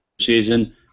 season